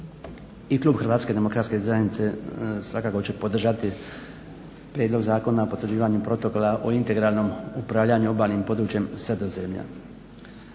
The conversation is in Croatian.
I klub HDZ-a svakako će podržati prijedlog Zakona o potvrđivanju Protokola o integralnom upravljanju obalnim područjem Sredozemlja.